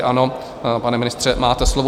Ano, pane ministře, máte slovo.